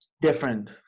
different